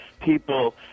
people